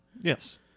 Yes